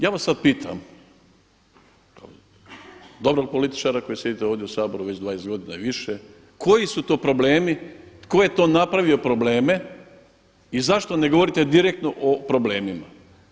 Ja vas sada pitam, dobrog političara koji sjedite ovdje u Saboru već 20 godina i više, koji su to problemi, tko je to napravio probleme i zašto ne govorite direktno o problemima?